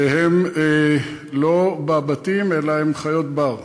שהן לא בבתים, אלא הן חיות בר.